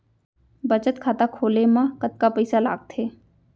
बचत खाता खोले मा कतका पइसा लागथे?